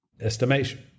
estimation